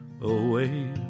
away